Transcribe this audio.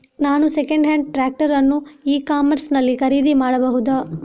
ನಾನು second hand tractor ಅನ್ನು e commerce ನಲ್ಲಿ ಖರೀದಿ ಮಾಡಬಹುದಾ?